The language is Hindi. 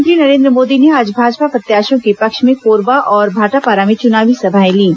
प्रधानमंत्री नरेन्द्र मोदी ने आज भाजपा प्रत्याशियों के पक्ष में कोरबा और भाटापारा में चुनावी सभाएं लीं